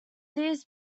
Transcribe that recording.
these